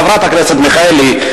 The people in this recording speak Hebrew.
חברת הכנסת מיכאלי.